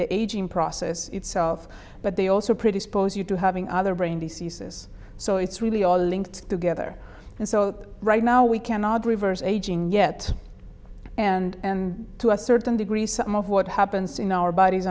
the aging process itself but they also pretty suppose you do having other brain diseases so it's really all linked together and so right now we cannot reverse aging yet and to a certain degree some of what happens in our bodies